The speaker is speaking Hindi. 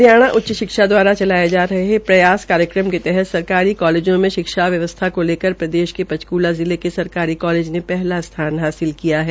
हरियाणा उच्च शिक्षा दवारा चलाये प्रयास कार्यक्रम के तहत सरकारी कालेजों में शिक्षा व्यवस्था को लेकर प्रदेश के पंचकूला जिले के सरकारी कालेज ने पहला स्थान हासिलकिया है